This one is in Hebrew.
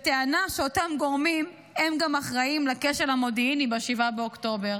בטענה שאותם גורמים הם גם האחראיים לכשל המודיעיני ב-7 באוקטובר.